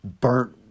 burnt